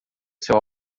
seu